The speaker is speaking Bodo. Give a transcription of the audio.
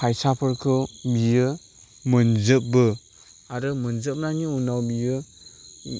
फायसाफोरखौ बियो मोनजोबो आरो मोनजोबनायनि उनाव बियो